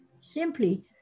simply